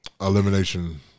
elimination